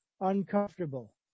uncomfortable